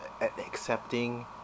accepting